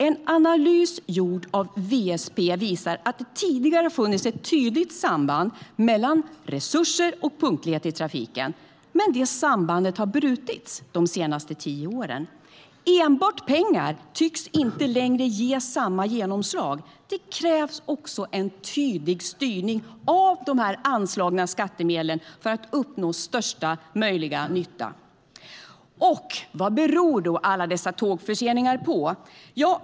En analys gjord av WSP visar att det tidigare har funnits ett tydligt samband mellan resurser och punktlighet i trafiken. Men det sambandet har brutits de senaste tio åren. Enbart pengar tycks inte längre ge samma genomslag. Det krävs också en tydlig styrning av de anslagna skattemedlen för att uppnå största möjliga nytta. Vad beror då alla dessa tågförseningar på?